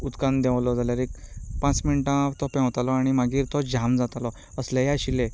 उदकांत देंवलो जाल्यार एक पांच मिनटार तो पेंवतालो आनी मागीर तो जाम जातालो असलेय आशिल्ले